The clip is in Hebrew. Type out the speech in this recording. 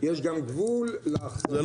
רק ברגע שאתה העלית את זה אז הוא השאיר את זה